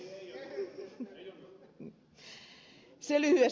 se lyhyesti tästä